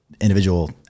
individual